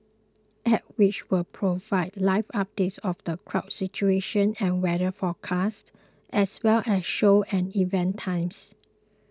app which will provide live updates of the crowd situation and weather forecast as well as show and event times